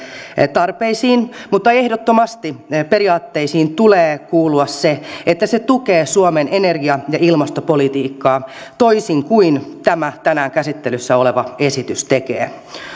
tarpeisiin mutta ehdottomasti periaatteisiin tulee kuulua se että se tukee suomen energia ja ilmastopolitiikkaa toisin kuin tämä tänään käsittelyssä oleva esitys tekee